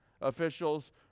officials